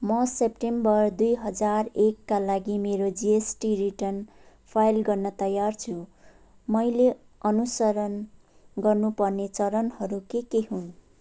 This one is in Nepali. म सेप्टेम्बर दुई हजार एकका लागि मेरो जिएसटी रिटर्न फाइल गर्न तयार छु मैले अनुसरण गर्नुपर्ने चरणहरू के के हुन्